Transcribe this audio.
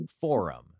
forum